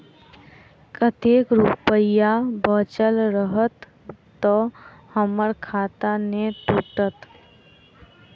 कतेक रुपया बचल रहत तऽ हम्मर खाता नै टूटत?